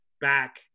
back